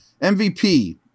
MVP